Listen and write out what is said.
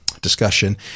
discussion